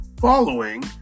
following